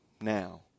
Now